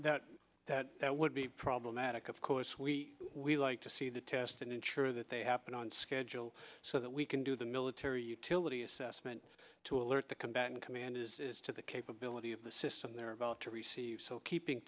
to that that would be problematic of course we we like to see the test and ensure that they happen on schedule so that we can do the military utility assessment to alert the combatant commanders to the capability of the system they're about to receive so keeping